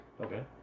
Okay